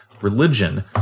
religion